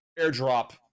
airdrop